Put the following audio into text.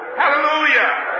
hallelujah